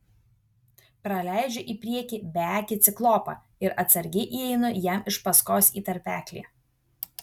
praleidžiu į priekį beakį ciklopą ir atsargiai įeinu jam iš paskos į tarpeklį